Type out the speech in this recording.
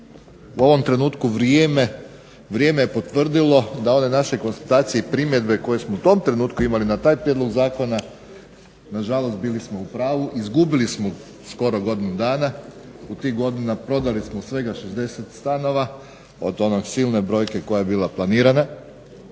u ovom trenutku vrijeme, vrijeme je potvrdilo da one naše konstatacije i primjedbe koje smo u tom trenutku imali na taj prijedlog zakona na žalost bili smo u pravu, izgubili smo skoro godinu dana, u tih godina prodali smo svega 60 stanova, od one silne brojke koja je bila planirana,